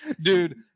dude